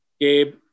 Gabe